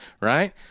right